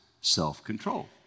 self-control